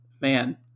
man